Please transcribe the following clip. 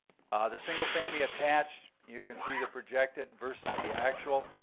the single family attached you can see the projected versus the actual.